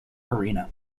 arena